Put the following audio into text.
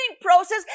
process